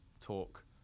talk